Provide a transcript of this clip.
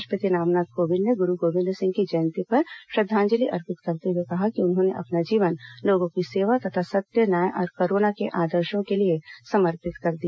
राष्ट्रपति रामनाथ कोविन्द ने गुरू गोबिन्द सिंह की जयंती पर श्रद्वांजलि अर्पित करते हुए कहा कि उन्होंने अपना जीवन लोगों की सेवा तथा सत्य न्याय और करूणा के आदर्शो के लिए समर्पित कर दिया